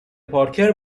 پارکر